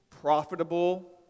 profitable